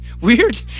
weird